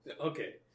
Okay